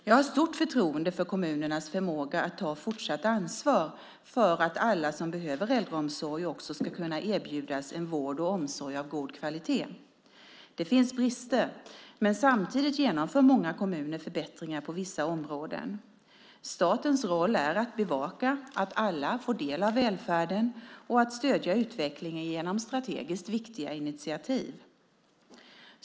Jag har stort förtroende för kommunernas förmåga att ta fortsatt ansvar för att alla som behöver äldreomsorg också ska kunna erbjudas en vård och omsorg av god kvalitet. Det finns brister, men samtidigt genomför många kommuner förbättringar på vissa områden. Statens roll är att bevaka att alla får del av välfärden och att stödja utvecklingen genom strategiskt viktiga initiativ.